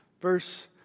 Verse